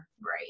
Right